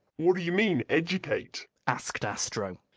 what do you mean educate? asked astro.